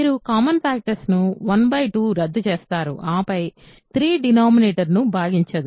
మీరు common factors ను 1 2 రద్దు చేస్తారు ఆపై 3 డినామినేటతర్ ను భాగించదు